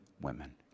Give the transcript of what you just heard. women